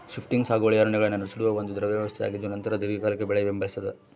shifting ಸಾಗುವಳಿ ಅರಣ್ಯಗಳನ್ನು ಸುಡುವ ಒಂದು ವ್ಯವಸ್ಥೆಯಾಗಿದ್ದುನಂತರ ದೀರ್ಘಕಾಲಿಕ ಬೆಳೆ ಬೆಂಬಲಿಸ್ತಾದ